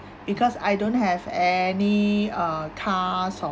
because I don't have any uh cars or